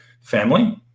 family